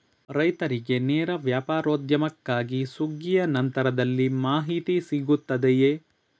ರೈತರಿಗೆ ನೇರ ವ್ಯಾಪಾರೋದ್ಯಮಕ್ಕಾಗಿ ಸುಗ್ಗಿಯ ನಂತರದಲ್ಲಿ ಮಾಹಿತಿ ಸಿಗುತ್ತದೆಯೇ?